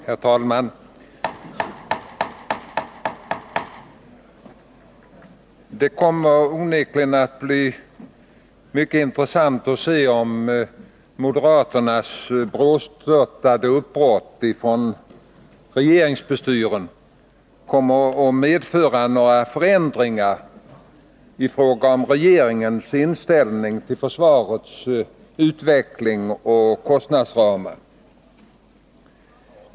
Herr talman! Det skall onekligen bli mycket intressant att se om moderaternas brådstörtade uppbrott från regeringsbestyren kommer att medföra några förändringar i fråga om regeringens inställning till försvarets utveckling och kostnadsramar.